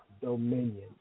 Dominion